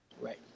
Right